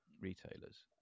retailers